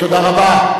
תודה רבה.